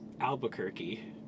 Albuquerque